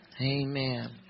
Amen